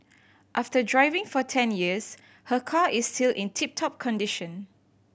after driving for ten years her car is still in tip top condition